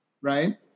right